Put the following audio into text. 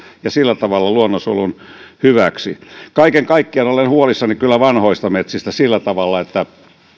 ja sillä tavalla luonnonsuojelun hyväksi kaiken kaikkiaan olen huolissani kyllä vanhoista metsistä sillä tavalla että